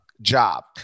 job